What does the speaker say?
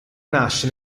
nasce